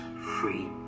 free